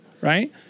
right